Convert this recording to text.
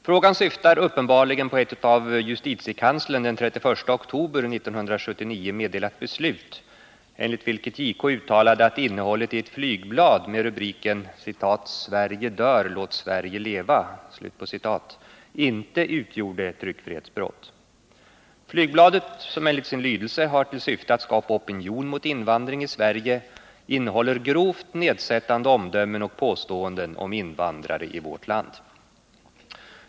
Frågan syftar uppenbarligen på ett av justitiekanslern den 31 oktober 1979 meddelat beslut enligt vilket JK uttalade att innehållet i ett flygblad med rubriken ”Sverige dör, låt Sverige leva” inte utgjorde tryckfrihetsbrott. 117 Flygbladet, som enligt sin lydelse har till syfte att skapa opinion mot invandring i Sverige, innehåller grovt nedsättande omdömen och påståenden om invandrare i vårt land.